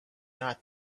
not